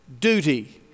duty